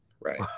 right